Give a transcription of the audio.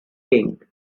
king